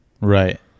right